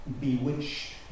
bewitched